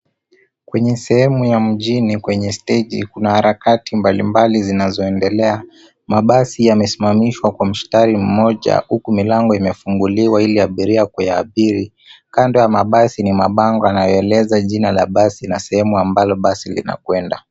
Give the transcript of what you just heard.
Kwenye sehemu ya mjini kwenye steji kuna harakati mbalimbali zinazoendelea. Mabasi yamesimamishwa kwa mstari mmoja huku milango imefunguliwa ili abiria kuyaabiri. Kando ya mabasi ni mabango yanayoeleza jina la basi na sehemu ambalo basi linakwenda.